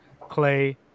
Clay